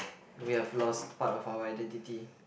we have lost part of our identity